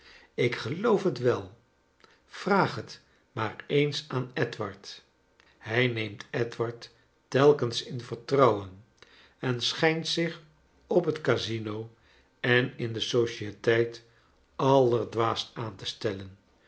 ik geloof het wel vraag het maar eens aan edward hij neemt edward telkens in vertrouwen en schijnt zich op het casino en in de societeit allerdwaast aan te stellen